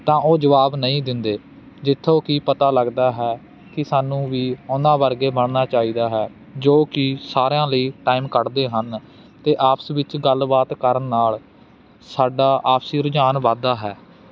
ਤਾਂ ਉਹ ਜਵਾਬ ਨਹੀਂ ਦਿੰਦੇ ਜਿੱਥੋਂ ਕਿ ਪਤਾ ਲੱਗਦਾ ਹੈ ਕਿ ਸਾਨੂੰ ਵੀ ਉਹਨਾਂ ਵਰਗੇ ਬਣਨਾ ਚਾਹੀਦਾ ਹੈ ਜੋ ਕਿ ਸਾਰਿਆਂ ਲਈ ਟਾਈਮ ਕੱਢਦੇ ਹਨ ਅਤੇ ਆਪਸ ਵਿੱਚ ਗੱਲਬਾਤ ਕਰਨ ਨਾਲ ਸਾਡਾ ਆਪਸੀ ਰੁਝਾਨ ਵੱਧਦਾ ਹੈ